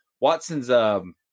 Watson's –